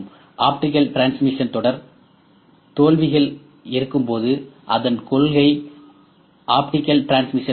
optical transmission தொடர் தோல்விகள் இருக்கும்போது அதன் கொள்கை ஆப்டிகல் டிரான்ஸ்மிஷன் ஆகும்